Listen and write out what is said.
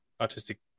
artistic